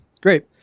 great